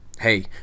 hey